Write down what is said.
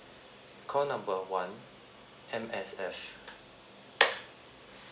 call number one M_S_F